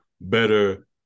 better